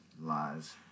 Lies